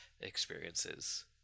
experiences